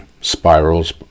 Spirals